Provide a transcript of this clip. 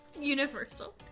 Universal